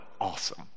awesome